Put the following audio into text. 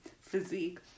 physique